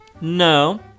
No